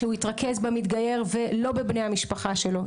שהוא התרכז במתגייר, ולא בבני המשפחה שלו.